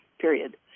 period